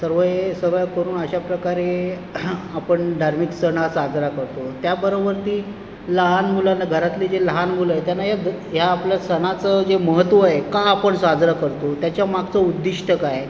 सर्व सगळं करून अशा प्रकारे आपण धार्मिक सण हा साजरा करतो त्याबरोबरती लहान मुलांना घरातले जे लहान मुलं आहे त्यांना या आपल्या सणाचं जे महत्त्व आहे का आपण साजरा करतो त्याच्या मागचं उद्दिष्ट काय